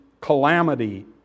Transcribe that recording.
calamity